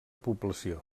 població